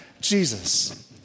Jesus